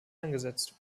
angesetzt